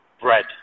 bread